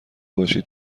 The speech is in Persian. باشید